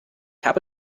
habe